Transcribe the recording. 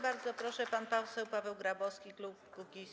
Bardzo proszę, pan poseł Paweł Grabowski, klub Kukiz’15.